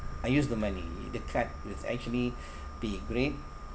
I use the money the card with actually be great